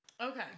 Okay